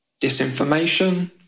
disinformation